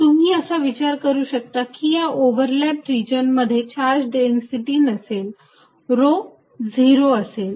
तुम्ही असा विचार करू शकता की या ओव्हरलॅप रिजन मध्ये चार्ज डेन्सिटी नसेल रो 0 असेल